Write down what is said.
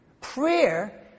Prayer